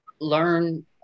learn